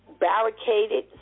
barricaded